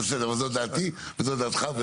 בסדר, זו דעתי וזו דעתך.